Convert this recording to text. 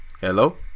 Hello